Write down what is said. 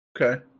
Okay